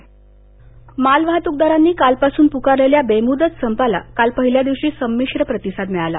मालवाहत्क संपः मालवाहतूकदारांनी कालपासून प्कारलेल्या बेम्दत संपाला काल पहिल्या दिवशी संमिश्र प्रतिसाद मिळाला